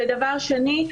דבר שני,